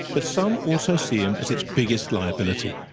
but some also see him as its biggest liability.